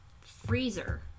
...freezer